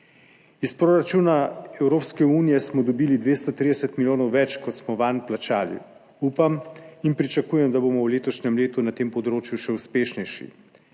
Iz proračuna Evropske unije smo dobili 230 milijonov več, kot smo vanj plačali. Upam in pričakujem, da bomo v letošnjem letu na tem področju še uspešnejši.